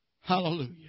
Hallelujah